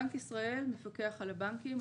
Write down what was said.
בנק ישראל מפקח על הבנקים,